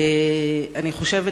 אני חושבת,